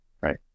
Right